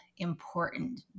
important